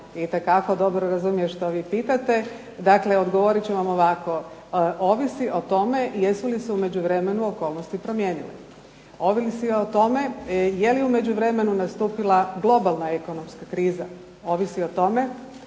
itekako dobro razumijem što vi pitate. Dakle odgovorit ću vam ovako, ovisi o tome jesu li se u međuvremenu okolnosti promijenile. Ovisi o tome je li u međuvremenu nastupila globalna ekonomska kriza. Ovisi o tome